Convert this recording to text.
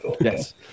Yes